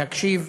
להקשיב,